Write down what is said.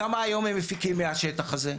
כמה היום הם מפיקים מהשטח הזה?